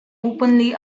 openly